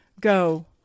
go